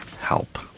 help